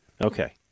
Okay